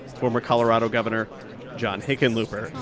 former colorado governor john hickenlooper,